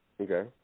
Okay